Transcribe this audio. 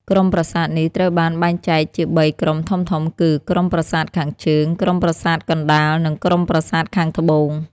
ក្រុមប្រាសាទនេះត្រូវបានបែងចែកជា ៣ ក្រុមធំៗគឺ ក្រុមប្រាសាទខាងជើង ក្រុមប្រាសាទកណ្ដាល និងក្រុមប្រាសាទខាងត្បូង។